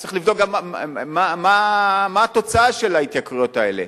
צריך לבדוק גם מה התוצאה של ההתייקרויות האלה.